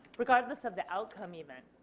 regardless of the outcome even.